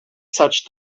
such